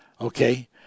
Okay